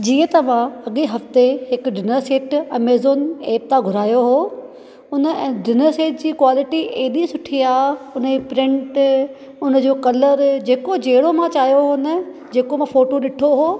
जीअं त मां अॻिए हफ़्ते हिकु डिनर सेट अमेज़ॉन एप तां घुरायो हुओ हुन ऐं डिनर सेट जी क्वालिटी एॾी सुठी आहे हुन जी प्रिंट उन जो कलर जेको जहिड़ो मां चाहियो हुओ न जेको मां फोटो ॾिठो हुओ